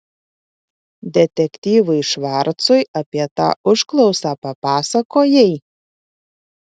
detektyvui švarcui apie tą užklausą papasakojai